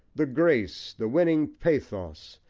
the grace, the winning pathos,